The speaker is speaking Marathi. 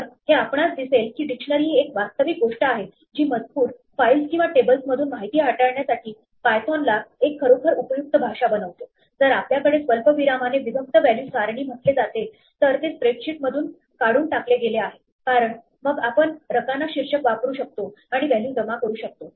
तर हे आपणास दिसेल की डिक्शनरी ही एक वास्तविक गोष्ट आहे जी मजकूर फाइल्स किंवा टेबल्समधून माहिती हाताळण्यासाठी पायथोन ला एक खरोखर उपयुक्त भाषा बनवते जर आपल्याकडे स्वल्पविरामाने विभक्त व्हॅल्यू सारणी म्हटले जाते तर ते स्प्रेडशीटमधून काढून टाकले गेले आहे कारण मग आपण रकाना शीर्षक वापरू शकतो आणि व्हॅल्यू जमा करू शकतो